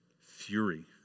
fury